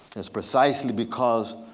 it's precisely because